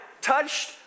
Touched